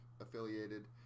affiliated